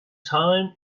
time